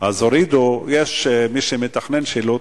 יש מי שמתכנן שילוט,